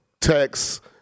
text